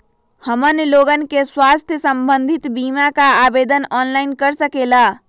हमन लोगन के स्वास्थ्य संबंधित बिमा का आवेदन ऑनलाइन कर सकेला?